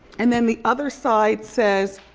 and then the other side says,